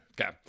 Okay